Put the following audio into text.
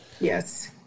Yes